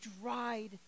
dried